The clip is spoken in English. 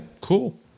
Cool